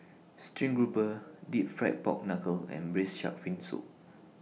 Stream Grouper Deep Fried Pork Knuckle and Braised Shark Fin Soup